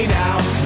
now